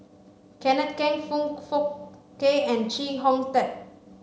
Kenneth Keng Foong Fook Kay and Chee Hong Tat